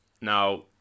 Now